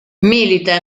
milita